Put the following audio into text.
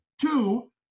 Two